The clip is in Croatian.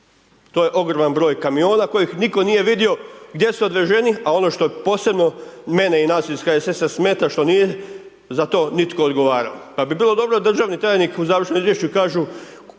To je ogroman broj kamiona kojih nitko nije vidio gdje su odveženi a ono što posebno mene i nas iz HSS-a smeta, što nije za to nitko odgovarao. Pa bi bilo dobro, državni tajnik u završnom izvješću kažu